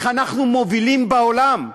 איך אנחנו מובילים בעולם.